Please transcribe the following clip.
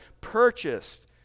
purchased